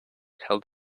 held